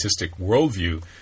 worldview